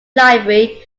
library